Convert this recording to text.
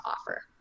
offer